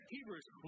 Hebrews